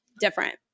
different